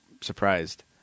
surprised